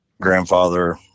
grandfather